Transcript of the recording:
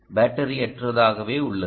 பேட்டரியற்றதாக உள்ளது